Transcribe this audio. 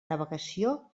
navegació